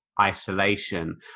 Isolation